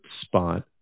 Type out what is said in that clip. spot